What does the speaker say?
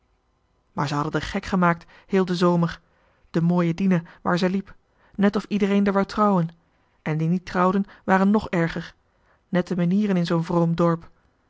maar ze hadden d'er gek gemaakt heel de zomer de mooie dina waar ze liep net of iedereen d'er wou trouwen en die niet trouwden waren nog erger nette menieren in zoo'n vroom dorp